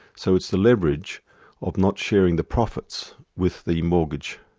so it's the leverage of not sharing the profits with the mortgage,